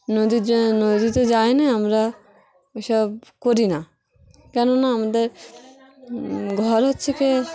নদীর নদীতে যাই না আমরা ওসব করি না কেননা আমাদের ঘর হচ্ছে গিয়ে